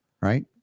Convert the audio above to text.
right